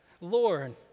Lord